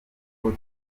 kuko